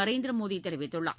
நரேந்திர மோடி தெரிவித்துள்ளார்